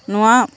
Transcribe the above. ᱱᱚᱣᱟ